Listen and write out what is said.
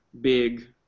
big